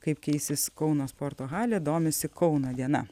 kaip keisis kauno sporto halė domisi kauno diena